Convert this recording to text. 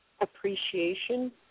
appreciation